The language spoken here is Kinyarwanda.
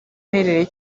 aherereye